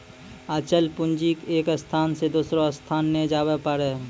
अचल पूंजी एक स्थान से दोसरो स्थान नै जाबै पारै